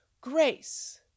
Grace